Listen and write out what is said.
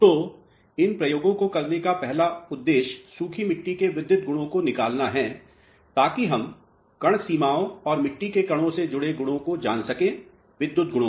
तो इन प्रयोगों को करने का पहला उद्देश्य सूखी मिट्टी के विद्युत गुणों को निकलना है ताकि हम कण सीमाओं और मिट्टी के कणों से जुड़े गुणों को जान सकें विद्युत गुणों